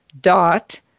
dot